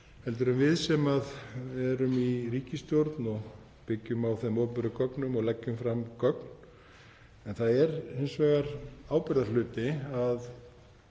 heldur en við sem erum í ríkisstjórn og byggjum á opinberum gögnum og leggjum fram gögn. En það er hins vegar ábyrgðarhluti að